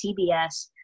CBS